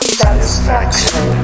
satisfaction